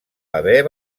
haver